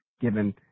given